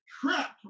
trapped